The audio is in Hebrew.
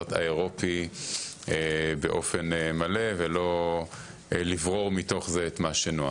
הסטנדרט האירופי באופן מלא ולא לברור מתוך זה את מה שנוח.